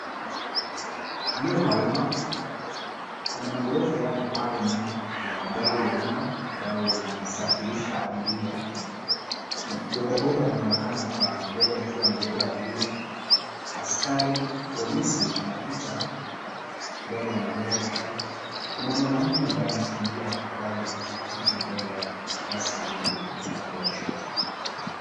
Eneo la umma , kuna maghorofa yapo pale nyuma ya magari ya umma ambayo yanasafirisha abiria . Kuna bodaboda anaonekana kwa mbele akiwa amebeba abiria , askari polisi anapita mbele ya magari hayo. Kuna mwanaume ambaye anakimbia kwa hadi anaweza kupita mbele ya basi lilo upande wa kushoto .